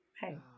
Hey